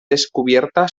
descubierta